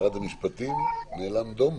משרד המשפטים נאלם דום?